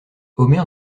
omer